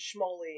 schmoly